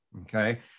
Okay